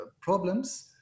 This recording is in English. problems